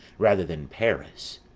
rather than paris.